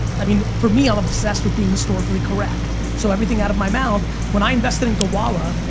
i mean for me, i'm obsessed with being historically correct, so everything out of my mouth, when i invested in gowalla,